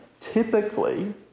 typically